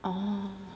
orh